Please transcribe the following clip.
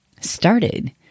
started